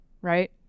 right